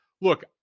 Look